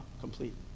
complete